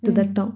mm